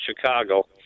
Chicago